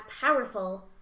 powerful